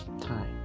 time